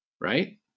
right